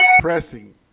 pressing